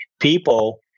people